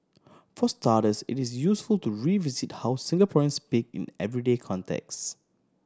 for starters it is useful to revisit how Singaporeans speak in everyday context